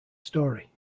story